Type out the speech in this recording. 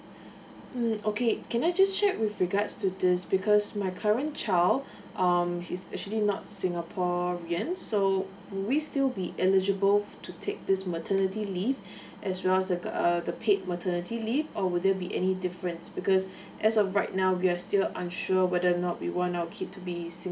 mm okay can I just check with regard to this because my current child um he's actually not singaporean so do we still be eligible to take this maternity leave as well as the err the paid maternity leave or will there be any difference because as of right now we are still unsure whether not we want our kid to be